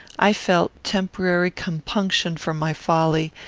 i felt temporary compunction for my folly,